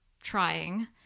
trying